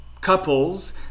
couples